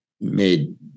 made